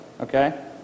okay